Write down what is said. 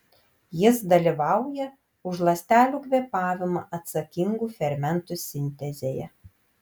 jis dalyvauja už ląstelių kvėpavimą atsakingų fermentų sintezėje